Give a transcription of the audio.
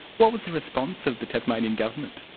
what was the response of the tasmanian government?